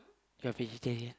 you're vegetarian